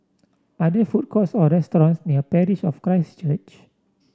are there food courts or restaurants near Parish of Christ Church